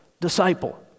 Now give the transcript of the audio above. disciple